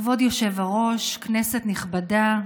כבוד היושב-ראש, כנסת נכבדה,